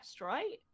right